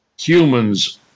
humans